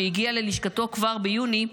שהגיע ללשכתו כבר ביוני,